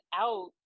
out